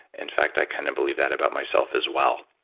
in fact, i kind of believe that about myself as well